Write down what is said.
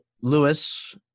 Lewis